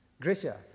Gracia